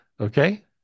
Okay